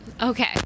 Okay